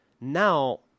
now